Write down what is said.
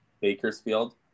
Bakersfield